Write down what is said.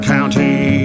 County